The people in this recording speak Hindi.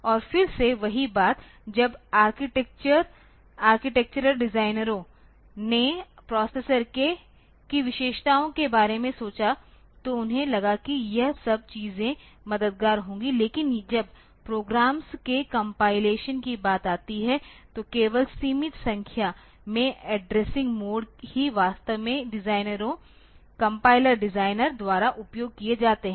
और फिर से वही बात जब आर्किटेक्चरर डिजाइनरों ने प्रोसेसर की विशेषताओं के बारे में सोचा तो उन्हें लगा कि यह सब चीजें मददगार होंगी लेकिन जब प्रोग्राम्स के कंपाइलेशन की बात आती है तो केवल सीमित संख्या में अड्रेस्सिंग मोड ही वास्तव में डिजाइनरों कम्पाइलर डिज़ाइनर द्वारा उपयोग किए जाते हैं